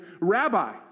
Rabbi